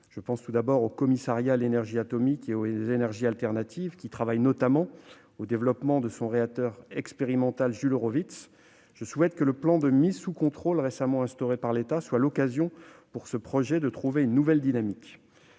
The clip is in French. Je pense tout d'abord au Commissariat à l'énergie atomique et aux énergies alternatives (CEA), qui travaille notamment au développement de son réacteur expérimental Jules-Horowitz. Je souhaite que le plan de mise sous contrôle récemment instauré par l'État soit l'occasion, pour ce projet, de trouver une nouvelle dynamique.